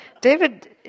David